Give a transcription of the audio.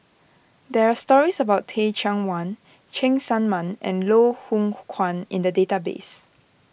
there are stories about Teh Cheang Wan Cheng Tsang Man and Loh Hoong Kwan in the database